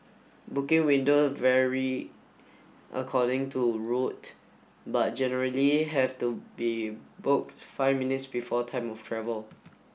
booking window vary according to route but generally have to be booked five minutes before time of travel